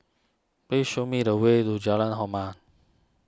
please show me the way to Jalan Hormat